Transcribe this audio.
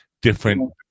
different